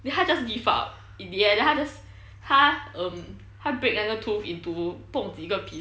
then 他 just give up in the end then 他 just 他 um 他 break 那个 tooth into 不懂几个 pieces